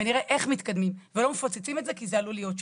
ונראה איך מתקדמים ולא מפוצצים את זה כי זה עלול להיות שם.